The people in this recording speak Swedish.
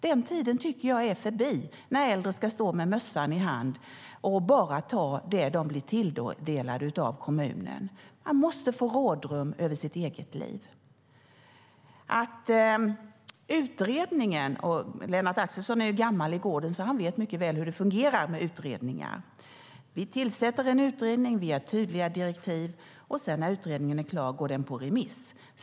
Den tiden tycker jag är förbi när äldre ska stå med mössan i hand och bara ta emot det de blir tilldelade av kommunen. Man måste få rådrum i sitt eget liv. Lennart Axelsson är ju gammal i gården, så han vet mycket väl hur det fungerar med utredningar. Vi tillsätter en utredning och ger tydliga direktiv, och när utredningen är klar går den på remiss.